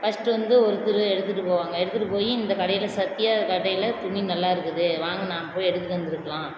first வந்து ஒருத்தர் எடுத்துட்டு போவாங்க எடுத்துட்டு போய் இந்த கடையில் சத்யா கடையில் துணி நல்லாயிருக்குது வாங்க நாம் போய் எடுத்துட்டு வந்துருக்கலாம்